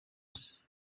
isi